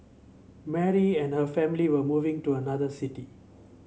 Mary and her family were moving to another city